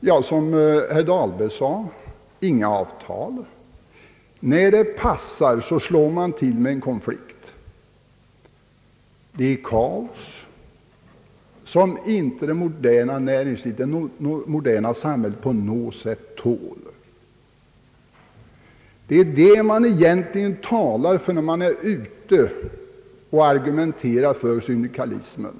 Jo, som herr Dahlberg nämnde: Inga avtal, och när det passar slår man till med en konflikt. Det blir kaos, något som det moderna samhället inte har möjlighet att klara upp. Det är en sådan ordning som man talar för när man argumenterar för syndikalismen.